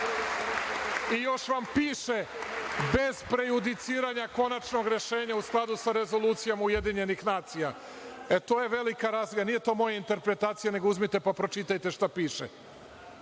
I, još vam piše, bez prejudiciranja konačnog rešenja, u skladu sa rezolucijom UN. E, to je velika razlika nije to moja interpretacija, nego uzmite pa pročitajte šta piše,